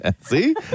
See